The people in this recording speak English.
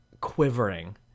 quivering